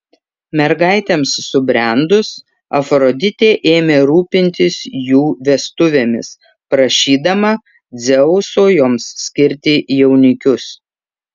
mergaitėms subrendus afroditė ėmė rūpintis jų vestuvėmis prašydama dzeuso joms skirti jaunikius